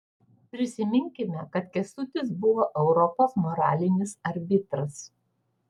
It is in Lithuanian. prisiminkime kad kęstutis buvo europos moralinis arbitras